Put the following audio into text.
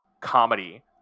comedy